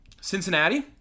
Cincinnati